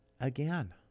again